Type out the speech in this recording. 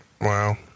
Wow